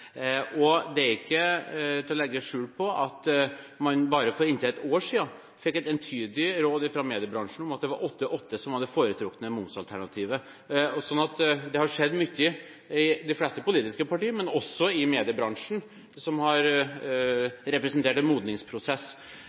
beredskapsansvaret. Det er ikke til å legge skjul på at man bare for inntil et år siden fikk et entydig råd fra mediebransjen om at det var 8–8 som var det foretrukne momsalternativet. Det har skjedd mye i de fleste politiske partier, men også i mediebransjen, som har representert en modningsprosess.